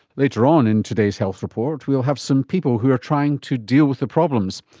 later on in today's health report will have some people who are trying to deal with the problems.